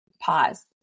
Pause